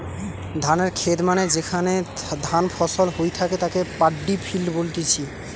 ধানের খেত মানে যেখানে ধান ফসল হই থাকে তাকে পাড্ডি ফিল্ড বলতিছে